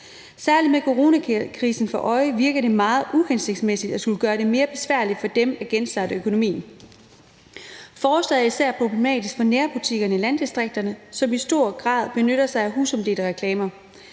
Særlig med coronakrisen for øje virker det meget uhensigtsmæssigt at skulle gøre det mere besværligt for dem at genstarte økonomien. Forslaget er især problematisk for nærbutikkerne i landdistrikterne, som i høj grad benytter sig af husstandsomdelte reklamer.